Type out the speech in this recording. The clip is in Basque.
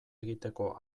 egiteko